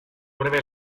breve